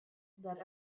that